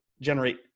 generate